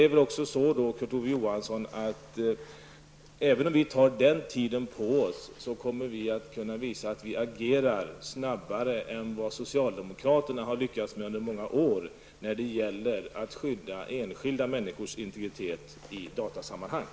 Även om vi tar den tiden på oss, Kurt Ove Johansson, kommer vi att kunna visa att vi agerar snabbare än socialdemokraterna har lyckats med under många år när det gäller att skydda enskilda människors integritet i datasammanhang.